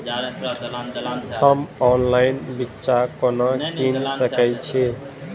हम ऑनलाइन बिच्चा कोना किनि सके छी?